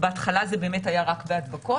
בהתחלה זה באמת היה רק בהדבקות.